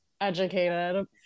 educated